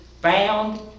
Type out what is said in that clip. Found